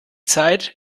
zeit